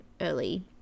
early